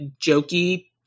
jokey